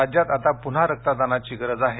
राज्यात आता पुन्हा रक्तदानाची गरज आहे